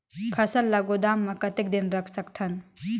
फसल ला गोदाम मां कतेक दिन रखे सकथन?